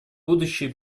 будущие